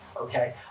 Okay